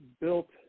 built